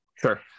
sure